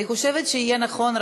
אני חושבת שיהיה נכון,